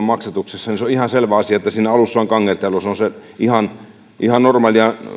maksatuksessa niin se on ihan selvä asia että siinä alussa on kangertelua ne ovat ihan normaaleja